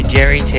Jerry